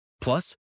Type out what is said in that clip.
Plus